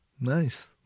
Nice